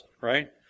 right